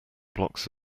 blocks